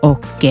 Och